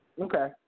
Okay